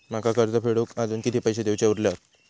माका कर्ज फेडूक आजुन किती पैशे देऊचे उरले हत?